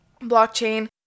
blockchain